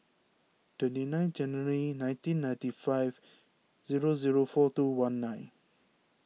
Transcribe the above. twenty nine January nineteen ninety five zero zero four two one nine